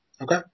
Okay